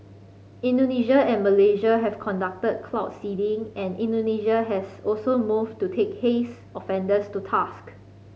Indonesia and Malaysia have conducted cloud seeding and Indonesia has also moved to take haze offenders to task